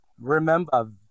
remember